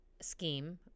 scheme